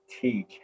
teach